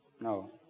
No